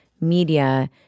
media